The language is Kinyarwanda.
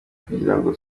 kugirango